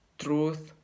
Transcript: truth